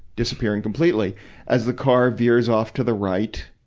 disappearing completely as the car veers off to the right,